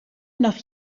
nach